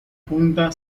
punta